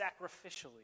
sacrificially